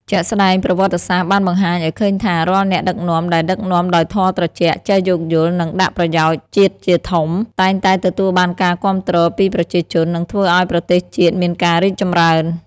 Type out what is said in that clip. ជាក់ស្ដែង ប្រវត្តិសាស្ត្របានបង្ហាញឱ្យឃើញថា រាល់អ្នកដឹកនាំដែលដឹកនាំដោយធម៌ត្រជាក់ ចេះយោគយល់ និងដាក់ប្រយោជន៍ជាតិជាធំ តែងតែទទួលបានការគាំទ្រពីប្រជាជន និងធ្វើឱ្យប្រទេសជាតិមានការរីកចម្រើន។